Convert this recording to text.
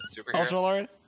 superhero